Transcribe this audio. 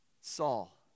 Saul